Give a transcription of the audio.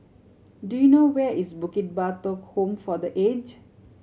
do you know where is Bukit Batok Home for The Age